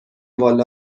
والا